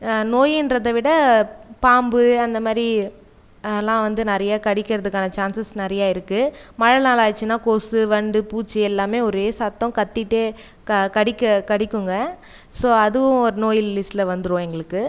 நோயின்றத விட பாம்பு அந்த மாதிரி லா வந்து நிறையே கடிக்கறதுக்கான சான்சஸ் நிறையே இருக்குது மழை நாளாயிச்சுனா கொசு வண்டு பூச்சி எல்லாமே ஒரே சத்தம் கத்திகிட்டே க கடிக்க கடிக்குங்க ஸோ அதுவும் ஒரு நோய் லிஸ்டில் வந்துரும் எங்களுக்கு